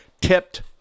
tipped